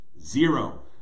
Zero